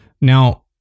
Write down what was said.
now